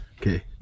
Okay